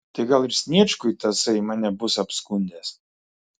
tai gal ir sniečkui tasai mane bus apskundęs